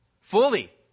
fully